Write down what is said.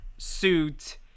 Suit